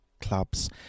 clubs